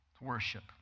Worship